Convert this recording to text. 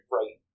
Right